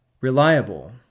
reliable